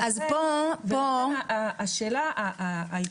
לכן, השאלה --- אוהה.